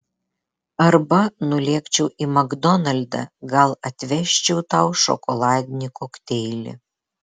arba nulėkčiau į makdonaldą gal atvežčiau tau šokoladinį kokteilį